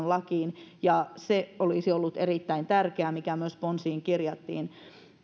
lakiin ja se olisi ollut erittäin tärkeää mikä myös ponsiin kirjattiin